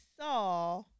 saw